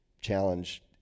challenge